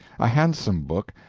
a handsome book,